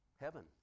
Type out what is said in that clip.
Heaven